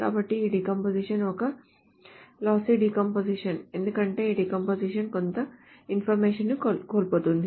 కాబట్టి ఈ డీకంపోజిషన్ ఒక లాస్సీ డీకంపోజిషన్ ఎందుకంటే ఈ డీకంపోజిషన్ కొంత ఇన్ఫర్మేషన్ ను కోల్పోతుంది